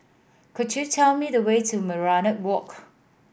could you tell me the way to Minaret Walk